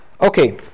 Okay